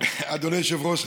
אדוני היושב-ראש,